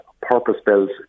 purpose-built